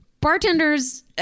bartenders